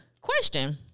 question